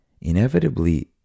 inevitably